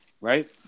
Right